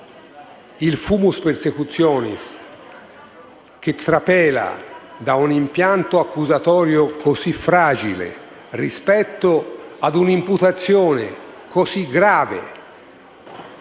Il *fumus persecutionis* trapela da un impianto accusatorio così fragile, rispetto ad un'imputazione così grave,